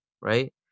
Right